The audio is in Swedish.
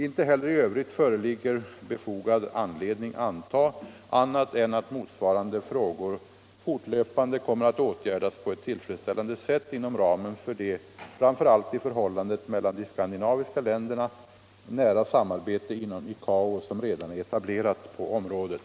Inte heller i övrigt föreligger befogad anledning anta annat än att motsvarande frågor fortlöpande kommer att åtgärdas på ct tillfredsställande sätt inom ramen för det, framför allt i förhållandet mellan de skandinaviska länderna, nära samarbete inom ICAO som redan är etablerat på området.”